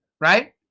right